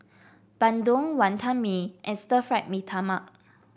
Bandung Wantan Mee and Stir Fried Mee Tai Mak